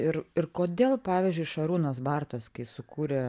ir ir kodėl pavyzdžiui šarūnas bartas kai sukūrė